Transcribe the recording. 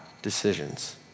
decisions